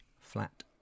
flat